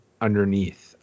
underneath